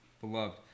Beloved